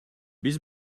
биз